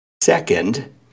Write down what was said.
Second